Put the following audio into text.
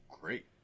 great